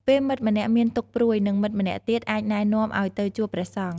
ពេលមិត្តម្នាក់មានទុក្ខព្រួយ មិត្តម្នាក់ទៀតអាចណែនាំឲ្យទៅជួបព្រះសង្ឃ។